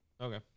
Okay